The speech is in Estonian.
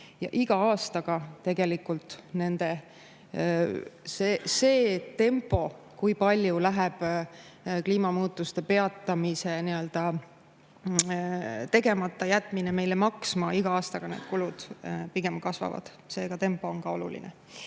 Ja iga aastaga tegelikult see, kui palju läheb kliimamuutuste peatamise tegemata jätmine meile maksma, kasvab, need kulud pigem kasvavad. Seega, tempo on ka oluline. Aga